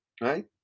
right